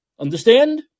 Understand